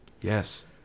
Yes